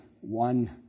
one